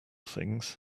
things